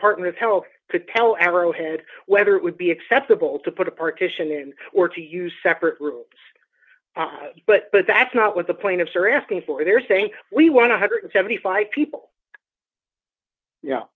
partners help could tell arrowhead whether it would be acceptable to put a partition in or to use separate rooms but but that's not what the plaintiffs are asking for they're saying we want a one hundred and seventy five people yeah